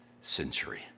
century